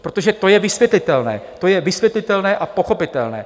Protože to je vysvětlitelné, to je vysvětlitelné a pochopitelné.